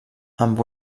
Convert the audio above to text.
amb